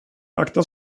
akta